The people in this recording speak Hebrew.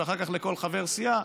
ואחר כך לכל חבר סיעה,